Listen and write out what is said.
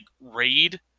raid